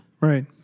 Right